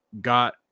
got